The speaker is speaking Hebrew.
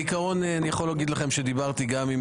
בעיקרון אני יכול להגיד לכם שדיברתי גם עם